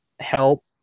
help